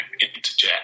interject